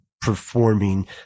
performing